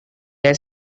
has